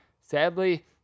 sadly